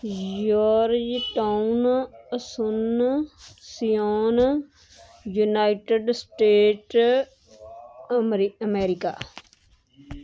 ਜ਼ੋਰਜ਼ town Ascension United States Ameri America